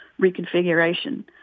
reconfiguration